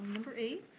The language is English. number eight.